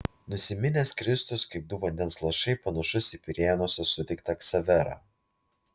nusiminęs kristus kaip du vandens lašai panašus į pirėnuose sutiktą ksaverą